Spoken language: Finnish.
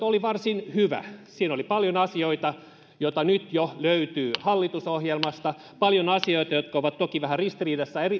oli varsin hyvä siinä oli paljon asioita joita nyt jo löytyy hallitusohjelmasta ja paljon asioita jotka ovat toki vähän ristiriidassa